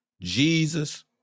Jesus